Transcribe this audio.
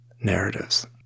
narratives